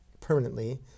permanently